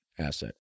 asset